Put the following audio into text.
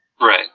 right